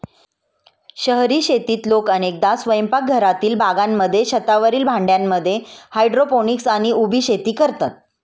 शहरी शेतीत लोक अनेकदा स्वयंपाकघरातील बागांमध्ये, छतावरील भांड्यांमध्ये हायड्रोपोनिक्स आणि उभी शेती करतात